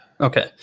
okay